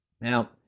Now